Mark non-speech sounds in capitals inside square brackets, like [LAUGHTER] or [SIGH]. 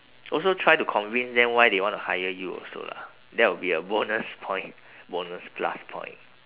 [NOISE] also try to convince them why they want to hire you also lah that will be a bonus point [BREATH] bonus plus point